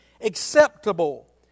acceptable